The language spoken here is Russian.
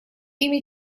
имя